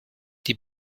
die